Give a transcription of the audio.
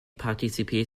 participer